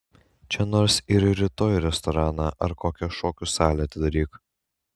čia nors ir rytoj restoraną ar kokią šokių salę atidaryk